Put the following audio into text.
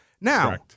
Now